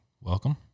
Welcome